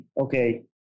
okay